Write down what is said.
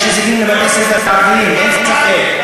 יש הישגים לבתי-ספר ערביים, אין ספק.